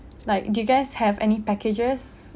like do you guys have any packages